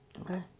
Okay